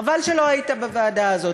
חבל שלא היית בוועדה הזאת,